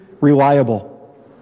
reliable